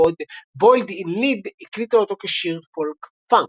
בעוד בוילד אין ליד הקליטה אותו כשיר פולק פאנק.